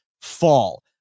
fall